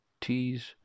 t's